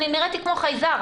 אני נראיתי כמו חיזר,